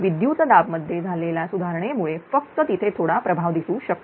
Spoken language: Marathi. विद्युत दाब मध्ये झालेल्या सुधारणेमुळे फक्त तिथे थोडा प्रभाव दिसू शकतो